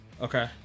Okay